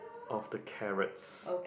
of the carrots